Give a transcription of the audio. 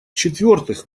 четвертых